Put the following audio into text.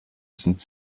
sind